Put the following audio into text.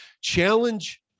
challenge